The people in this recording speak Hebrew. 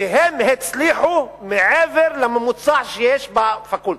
שהם הצליחו מעל לממוצע שיש בפקולטה.